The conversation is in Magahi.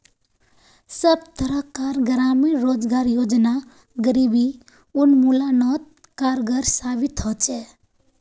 सब तरह कार ग्रामीण रोजगार योजना गरीबी उन्मुलानोत कारगर साबित होछे